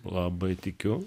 labai tikiu